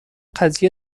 قضیه